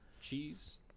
cheese